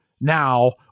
now